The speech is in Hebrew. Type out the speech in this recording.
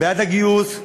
בעד הגיוס,